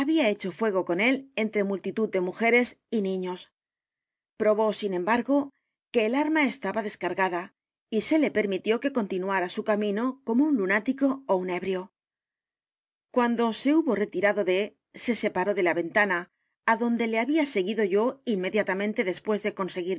hecho fuego con él entre multitud de mujeres y niños probó sin embargo que el arma estaba d e s c a r g a d a y se le permitió que continuara su camino como un lunático ó un ebrio cuando se hubo retirado d se separó de la ventana á donde le había seguido la carta robada yo inmediatamente después de